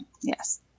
Yes